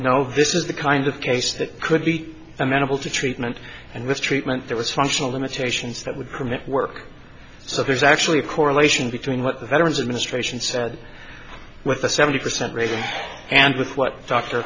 no this is the kind of case that could be amenable to treatment and with treatment there was functional limitations that would permit work so there's actually a correlation between what the veterans administration said with a seventy percent rating and with what dr